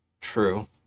True